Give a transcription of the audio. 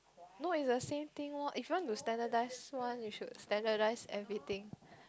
no it's the same thing loh if you want to standardise one you should standardise everything